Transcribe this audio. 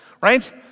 right